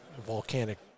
volcanic